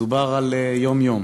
מדובר על יום-יום.